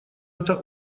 это